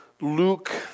Luke